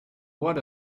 what